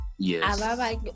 yes